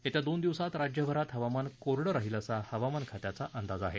येत्या दोन दिवसात राज्यभरात हवामान कोरडं राहिल असा हवामान खात्याचा अंदाज आहे